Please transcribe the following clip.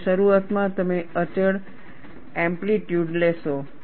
અને શરૂઆતમાં તમે અચળ એમ્પલિટયૂડ લેશો